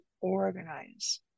organize